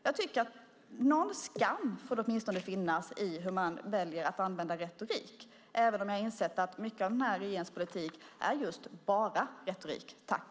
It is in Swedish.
Jag tycker att det åtminstone får finnas någon skam i hur man väljer att använda retorik, även om jag har insett att mycket av den här regeringens politik är just bara retorik.